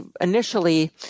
initially